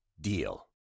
DEAL